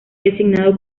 designado